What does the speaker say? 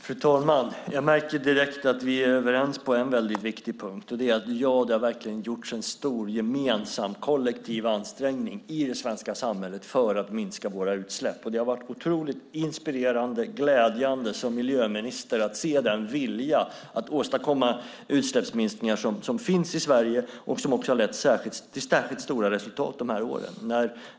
Fru talman! Jag märker direkt att vi är överens på en viktig punkt, nämligen att det verkligen har gjorts en stor gemensam, kollektiv ansträngning i det svenska samhället för att minska våra utsläpp. Det har varit otroligt inspirerande och glädjande att som miljöminister se den vilja att minska utsläpp som finns och som också har lett till särskilt stora resultat de här åren.